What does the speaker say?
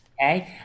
Okay